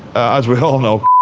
as we all know,